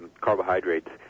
carbohydrates